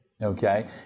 Okay